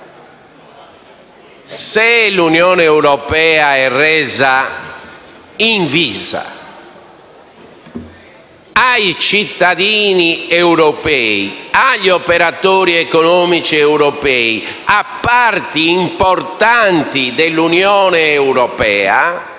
Se l'Unione europea è resa invisa ai cittadini europei, agli operatori economici europei, a parti importanti dell'Unione europea,